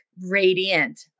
radiant